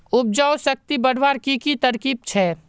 उपजाऊ शक्ति बढ़वार की की तरकीब छे?